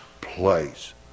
place